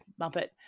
muppet